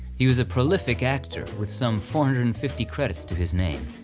he was a prolific actor with some four hundred and fifty credits to his name.